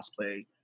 cosplay